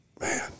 Man